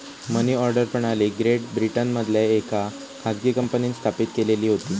मनी order प्रणाली great ब्रिटनमधल्या येका खाजगी कंपनींन स्थापित केलेली होती